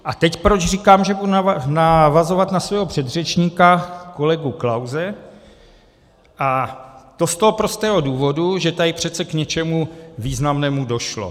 A teď proč říkám, že budu navazovat na svého předřečníka kolegu Klause, a to z toho prostého důvodu, že tady přece k něčemu významnému došlo.